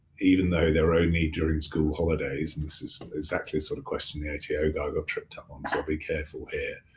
even though they're only during school holidays, and this is exactly the sort of question the ato guy got tripped up on so i'll be careful here,